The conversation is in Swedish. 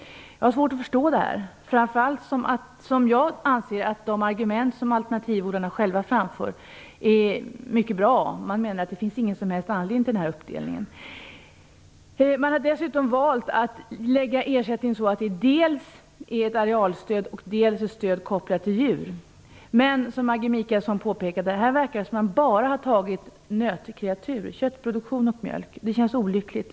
Jag har svårt att förstå det, framför allt eftersom jag anser att de argument som alternativodlarna själva framför är mycket bra. De menar att det inte finns någon anledning att göra denna uppdelning. Dessutom har man valt att göra ersättningen dels som ett arealstöd, dels som ett stöd som är kopplat till djur. Men, som Maggi Mikaelsson påpekar, verkar det som om man bara har tagit hänsyn till nötkreatur, köttproduktion och mjölk. Det känns olyckligt.